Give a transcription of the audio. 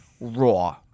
raw